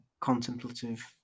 contemplative